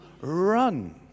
run